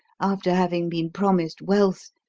after having been promised wealth,